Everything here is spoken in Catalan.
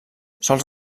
sols